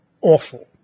awful